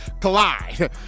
Collide